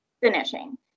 finishing